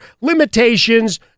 Limitations